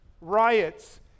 riots